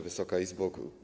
Wysoka Izbo!